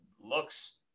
looks